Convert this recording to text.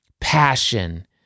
passion